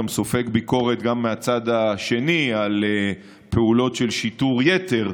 גם סופג ביקורת גם מהצד השני על פעולות של שיטור יתר,